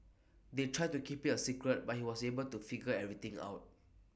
they tried to keep IT A secret but he was able to figure everything out